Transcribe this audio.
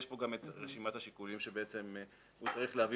יש פה גם רשימת השיקולים שהוא צריך להביא